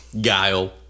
Guile